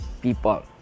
people